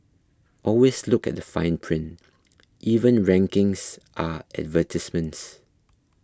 always look at the fine print even rankings are advertisements